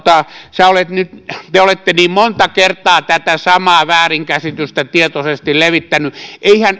sinä olet nyt te te olette niin monta kertaa tätä samaa väärinkäsitystä tietoisesti levittänyt eihän